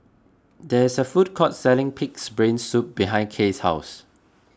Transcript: there is a food court selling Pig's Brain Soup behind Kay's house